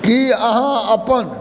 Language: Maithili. की अहाँ अपन